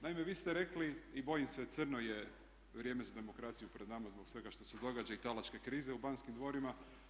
Naime, vi ste rekli i bojim se crno je vrijeme za demokraciju pred nama zbog svega što se događa i talačke krize u Banskim dvorima.